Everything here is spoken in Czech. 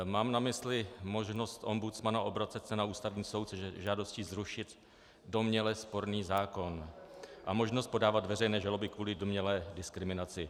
Mám na mysli možnost ombudsmana obracet se na Ústavní soud se žádostí zrušit domněle sporný zákon a možnost podávat veřejné žaloby kvůli domnělé diskriminaci.